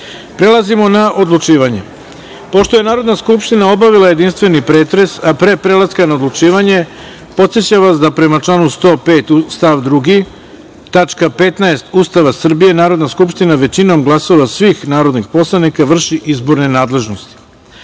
na odlučivanje. Pošto je Narodna skupština obavila jedinstveni pretres, a pre prelaska na odlučivanje, podsećam vas da, prema članu 105. stav 2. tačka 15) Ustava Srbije, Narodna skupština većinom glasova svih narodnih poslanika vrši izborne nadležnosti. Stavljam